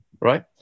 right